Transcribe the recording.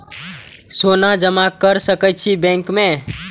सोना जमा कर सके छी बैंक में?